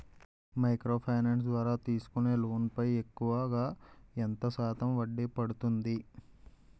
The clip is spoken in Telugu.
మైక్రో ఫైనాన్స్ ద్వారా తీసుకునే లోన్ పై ఎక్కువుగా ఎంత శాతం వడ్డీ పడుతుంది?